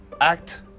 act